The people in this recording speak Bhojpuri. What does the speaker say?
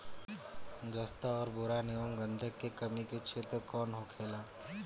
जस्ता और बोरान एंव गंधक के कमी के क्षेत्र कौन होखेला?